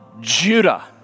Judah